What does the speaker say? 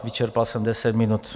Vyčerpal jsem deset minut.